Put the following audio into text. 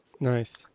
nice